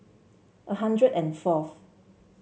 a hundred and fourth